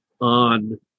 on